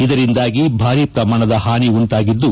ಇದರಿಂದಾಗಿ ಭಾರೀ ಪ್ರಮಾಣದ ಹಾನಿ ಉಂಟಾಗಿದ್ದು